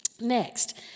Next